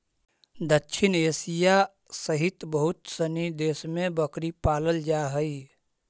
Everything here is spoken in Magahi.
दक्षिण एशिया सहित बहुत सनी देश में बकरी पालल जा हइ